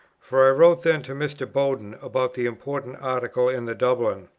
for i wrote then to mr. bowden about the important article in the dublin,